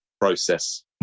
process